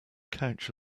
couch